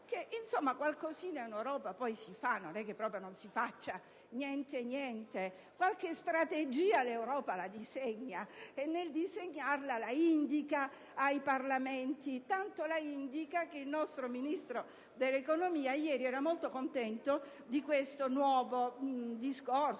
qualcosina in Europa si fa (non è che non si faccia proprio niente): qualche strategia l'Europa la disegna, e nel disegnarla la indica ai Parlamenti. Tanto è vero che il nostro Ministro dell'economia ieri era molto contento di questo nuovo discorso